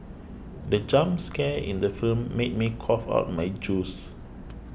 the jump scare in the film made me cough out my juice